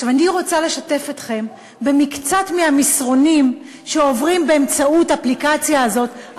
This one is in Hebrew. אני רוצה לשתף אתכם במקצת מהמסרונים שעוברים באמצעות האפליקציה הזאת,